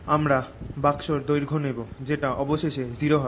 আমরা বাক্সর দৈর্ঘ্য নেব যেটা অবশেষে 0 হবে